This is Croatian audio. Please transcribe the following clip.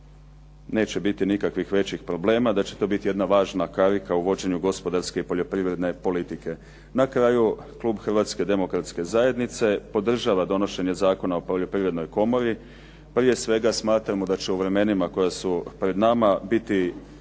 neće biti nikakvih problema, da će to biti jedna važna karika u vođenju gospodarske i poljoprivredne politike. Na kraju klub Hrvatske Demokratske Zajednice podržava donošenje Zakona o poljoprivrednoj komori. Prije svega smatramo da će u vremenima koji su pred nama biti